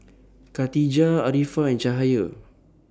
Katijah Arifa and Cahaya